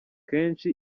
kenshi